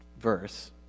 verse